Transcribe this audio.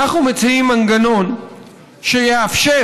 אנחנו מציעים מנגנון שיאפשר,